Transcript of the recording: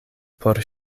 por